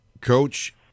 Coach